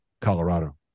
Colorado